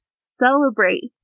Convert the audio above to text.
celebrate